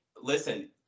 Listen